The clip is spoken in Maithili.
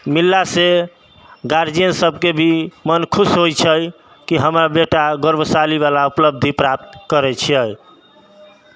मिललासँ गार्जियन सबके भी मन खुश होइ छै कि हमर बेटा गौरवशालीवला उपलब्धि प्राप्त करै छियै